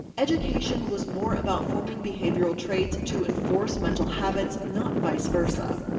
education was more about forming behavioral traits to enforce mental habits, not vice versa.